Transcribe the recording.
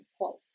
quote